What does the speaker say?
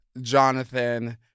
Jonathan